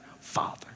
Father